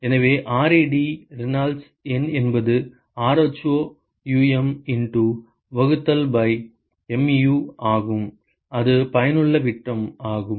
எனவே ReD Reynolds எண் என்பது rho Um இண்டு வகுத்தல் பை mu ஆகும் அது பயனுள்ள விட்டம் ஆகும்